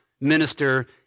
minister